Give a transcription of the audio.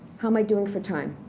how am i doing for time?